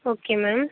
okay ma'am